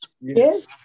Yes